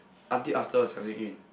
until after Xiao Jing-Yun